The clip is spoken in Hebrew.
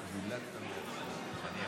אינה נוכחת ארז מלול, אינו